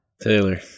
Taylor